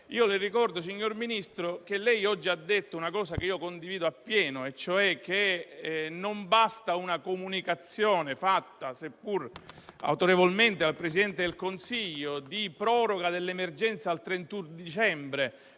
parlamentare. Signor Ministro, lei oggi ha detto una cosa che condivido appieno, cioè che non basta una comunicazione, seppur fatta autorevolmente dal Presidente del Consiglio, di proroga dell'emergenza al 31 dicembre